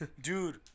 Dude